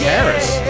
Paris